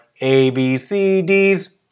ABCDs